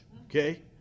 okay